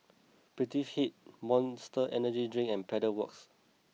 Prettyfit Monster Energy Drink and Pedal Works